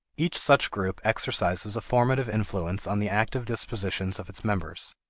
each such group exercises a formative influence on the active dispositions of its members.